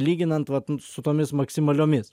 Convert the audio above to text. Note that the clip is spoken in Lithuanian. lyginant vat su tomis maksimaliomis